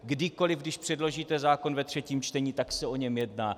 Kdykoliv, když předložíte zákon ve třetím čtení, tak se o něm jedná.